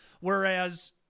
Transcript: Whereas